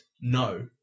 no